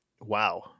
Wow